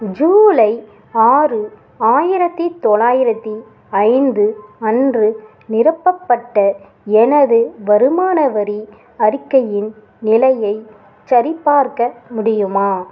ஜூலை ஆறு ஆயிரத்தி தொள்ளாயிரத்தி ஐந்து அன்று நிரப்பப்பட்ட எனது வருமான வரி அறிக்கையின் நிலையைச் சரிபார்க்க முடியுமா